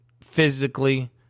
physically